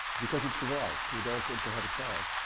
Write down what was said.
because it survived to adulthood, to have a child.